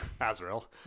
Azrael